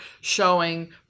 showing